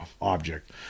object